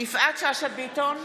יפעת שאשא ביטון,